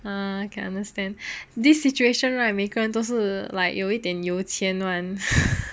I can understand this situation right 每个人都是 like 有一点有钱 [one]